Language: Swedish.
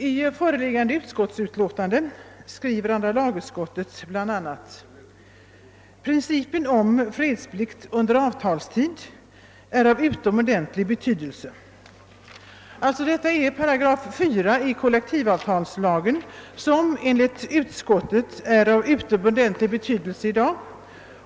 Herr talman! I föreliggande utskottsutlåtande skriver andra lagutskottet bl.a.: »Principen om fredsplikt under tid då kollektivavtal gäller är en av grundvalarna för den svenska arbetsrätten.« Det är alltså 4 8 i kollektivavtalslagen som enligt utskottet är av utomordentlig betydelse i dag.